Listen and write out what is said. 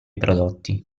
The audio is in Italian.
prodotti